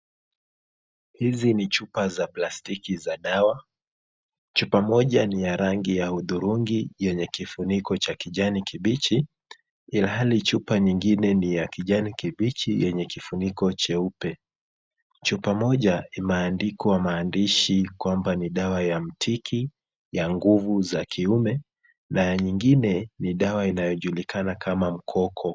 Hizi ni chupa za plastiki za dawa, chupa moja ni ya rangi ya hudhurungi yenye kifuniko cha kijani kibichi, ilhali chupa nyingine ni ya kijani kibichi yenye kifuniko cheupe. Chupa moja imeandikwa maandishi kwamba ni dawa ya mtiki ya nguvu za kiume na nyingine ni dawa inayojulikana kama mkoko.